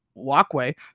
walkway